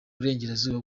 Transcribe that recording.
burengerazuba